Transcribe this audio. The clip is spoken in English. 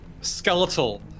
skeletal